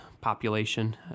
population